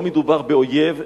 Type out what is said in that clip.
לא מדובר באויב,